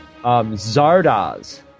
Zardoz